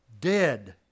dead